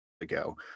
ago